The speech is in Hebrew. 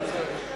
מה זה שייך?